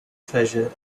treasure